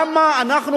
למה אנחנו פראיירים?